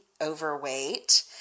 overweight